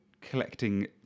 collecting